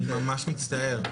אני ממש מצטער.